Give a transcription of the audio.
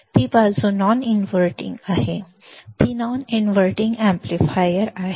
ती बाजू non inverting आहे ती नॉन इनव्हर्टिंग एम्पलीफायर आहे